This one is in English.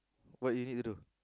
what you need to do